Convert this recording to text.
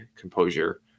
composure